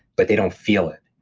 but they don't feel it.